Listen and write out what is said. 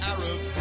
Arab